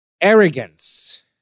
Arrogance